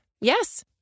Yes